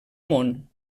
món